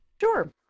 Sure